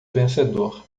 vencedor